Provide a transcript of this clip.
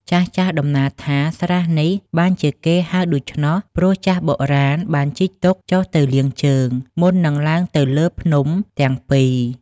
ចាស់ៗ តំណាលថា ស្រះនេះ បានជាគេហៅដូច្នោះ ព្រោះចាស់បុរាណ បានជីកទុកចុះទៅលាងជើង មុននឹងឡើងទៅលើភ្នំទាំង ២ ។